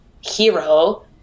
hero